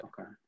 okay